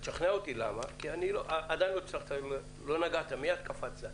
ותשכנע אותי למה, כי עדיין לא נגעת, מייד קפצת.